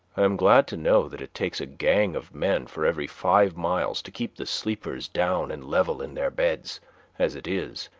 i am glad to know that it takes a gang of men for every five miles to keep the sleepers down and level in their beds as it is,